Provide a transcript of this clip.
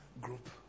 group